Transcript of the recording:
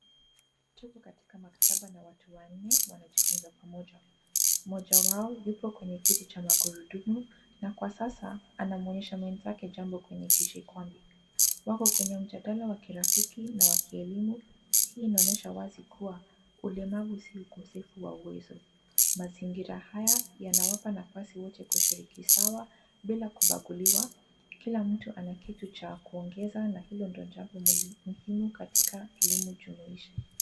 Tuko katika maktaba na watu wanne wanajifunza pamoja. Mmoja wao yupo kwenye kiti cha magurudumu na kwa sasa anamonyesha mwenzake jambo kwenye kishikondi. Wako kwenye mjadala wa kirafiki na wa kielimu. Hii inaoonyesha wazi kuwa ulemavu si ukosefu wa uwezo. Mazingira haya yanawapa nafasi wote kushiriki sawa bila kubaguliwa. Kila mtu ana kitu cha kuongeza na hilo ndio jambo muhimu katika elimu jumuishi.